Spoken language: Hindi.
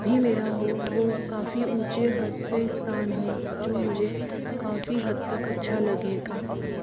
भी मेरा हो वो काफ़ी ऊंचे हद पर स्तान हो जो मुझे काफ़ी हद तक अच्छा लगेगा